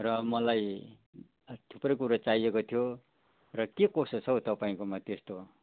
र मलाई थुप्रै कुरा चाहिएको थियो र के कसो छ हौ तपाईँकोमा त्यस्तो